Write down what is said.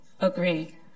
agree